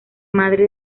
madre